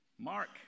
Mark